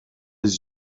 les